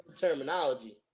terminology